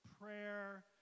prayer